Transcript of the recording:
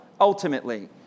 ultimately